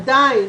עדיין,